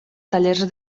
tallers